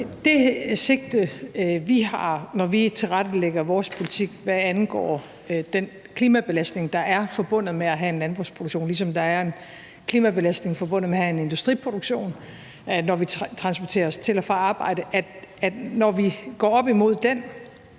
Det sigte, vi har, når vi tilrettelægger vores politik, hvad angår den klimabelastning, der er forbundet med at have en landbrugsproduktion, ligesom der er en klimabelastning forbundet med at have en industriproduktion, og når vi transporterer os til og fra arbejde, er, at når vi går op imod den,